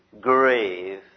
grave